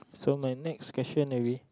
so my next question will be